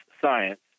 science